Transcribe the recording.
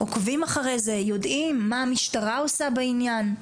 עוקבים אחרי זה, יודעים, מה המשטרה עושה בעניין,